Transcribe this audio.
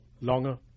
longer